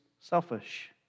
selfish